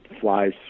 flies